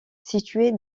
situé